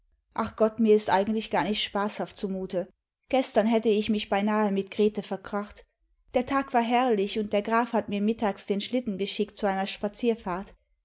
ach gott mir ist eigentlich gar nicht spaßhaft zumute gestern hätte ich mich beinahe mit grete verkracht der tag war herrlich und der graf hatte mir mittags den schlitten geschickt zu einer spazierfahrt